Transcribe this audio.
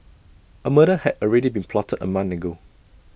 A murder had already been plotted A month ago